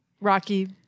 rocky